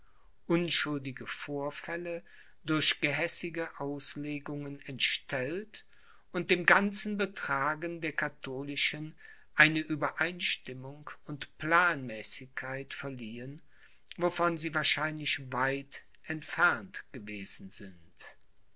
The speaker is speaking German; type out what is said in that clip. unschuldige vorfälle durch gehässige auslegungen entstellt und dem ganzen betragen der katholischen eine uebereinstimmung und planmäßigkeit geliehen wovon sie wahrscheinlich weit entfernt gewesen sind